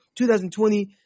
2020